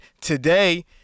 today